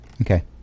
Okay